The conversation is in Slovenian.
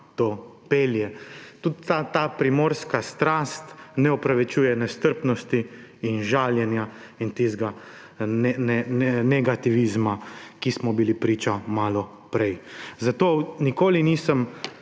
to pelje. Tudi primorska strast ne upravičuje nestrpnosti in žaljenja in tistega negativizma, ki smo mu bili priča malo prej. Nikoli ne